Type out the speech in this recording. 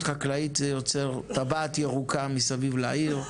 חקלאית זה יוצר טבעת ירוקה מסביב לעיר,